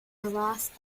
harassed